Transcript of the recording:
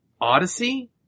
Odyssey